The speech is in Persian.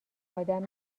آدم